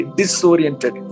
disoriented